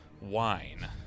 wine